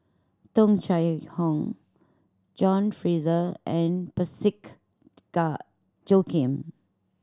Tung Chye Hong John Fraser and Parsick Joaquim